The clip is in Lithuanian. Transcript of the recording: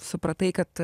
supratai kad